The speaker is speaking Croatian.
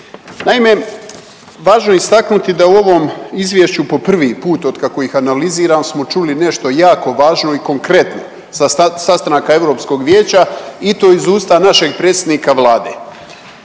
Naime, važno je istaknuti da je u ovom Izvješću po prvi put otkako ih analiziram smo čuli nešto jako važno i konkretno sa sastanaka Europskog vijeća i to iz usta našeg predsjednika Vlade.